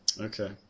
Okay